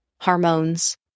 hormones